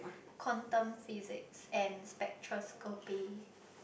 quantum physics and spectroscopy